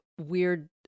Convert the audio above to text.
weird